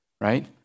right